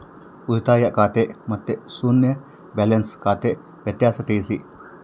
ಉಳಿತಾಯ ಖಾತೆ ಮತ್ತೆ ಶೂನ್ಯ ಬ್ಯಾಲೆನ್ಸ್ ಖಾತೆ ವ್ಯತ್ಯಾಸ ತಿಳಿಸಿ?